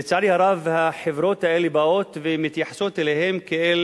לצערי הרב החברות האלה באות ומתייחסות אליהם כאל